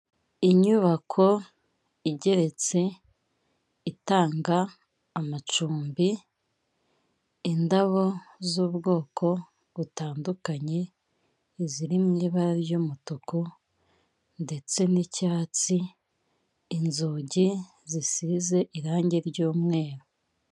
Inyubako igeretse itanga amacumbi indabo z'ubwoko butandukanye iziri mu ibara ry'umutuku ndetse n'icyatsi inzugi zisize irangi ry'umweru.